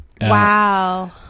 Wow